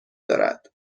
دارد